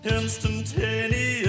instantaneous